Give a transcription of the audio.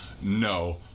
no